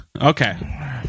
Okay